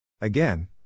Again